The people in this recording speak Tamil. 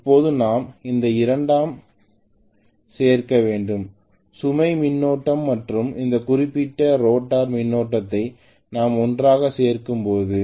இப்போது நாம் இந்த இரண்டையும் சேர்க்க வேண்டும் சுமை மின்னோட்டம் மற்றும் இந்த குறிப்பிட்ட ரோட்டார் மின்னோட்டத்தை நாம் ஒன்றாகச் சேர்க்கும்போது